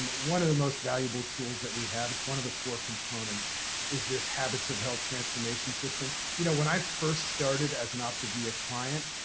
um one of the most valuable tools that we have is one of the four components is this habits of health transformation system. you know, when i first started as an optavia client,